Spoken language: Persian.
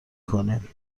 کنید